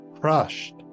crushed